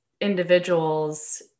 individuals